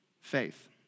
Faith